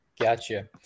gotcha